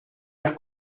las